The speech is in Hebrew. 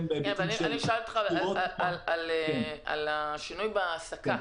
בהיבטים --- אני שואלת אותך על השינוי בהעסקה,